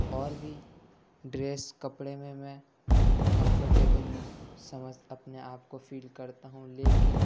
اور بھی ڈریس کپڑے میں میں کمفرٹیبلی سمجھ اپنے آپ کو فیل کرتا ہوں لیکن